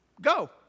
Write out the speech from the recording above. go